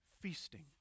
feasting